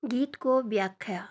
गीतको व्याख्या